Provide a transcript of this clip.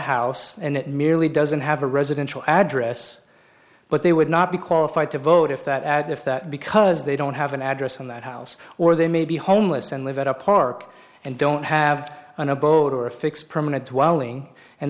house and it merely doesn't have a residential address but they would not be qualified to vote if that if that because they don't have an address in that house or they may be homeless and live at a park and don't have an abode or a fixed permanent whiling and